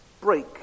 break